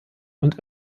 und